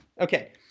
Okay